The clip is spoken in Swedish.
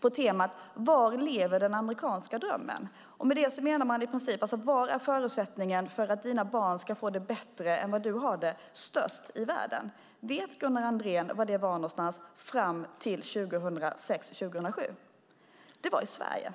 på temat: Var lever den amerikanska drömmen? Jag tror att det var TCO som hade tagit fram den. Med det menar man i princip: Var är förutsättningen för att dina barn ska få det bättre än vad du har det störst i världen? Vet Gunnar Andrén var det var någonstans fram till 2006-2007? Det var i Sverige.